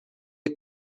kgb